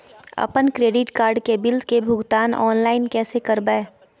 अपन credit card के bill के भुगतान ऑनलाइन कैसे करबैय?